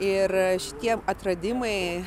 ir šitie atradimai